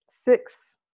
Six